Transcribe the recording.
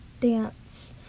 dance